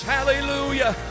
Hallelujah